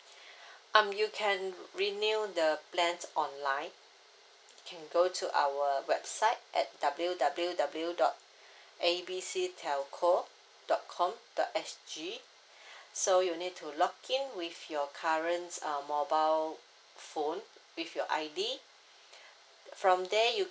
um you can renew the plans online you can go to our website at W W W dot A B C telco dot com dot S G so you need to log in with your currents um mobile phone with your I_D from there you